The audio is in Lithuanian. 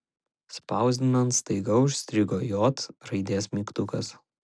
spausdinant staiga užstrigo j raidės mygtukas